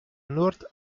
nord